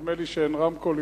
נדמה לי שאין רמקול,